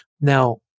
Now